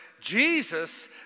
Jesus